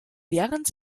während